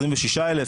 26,000,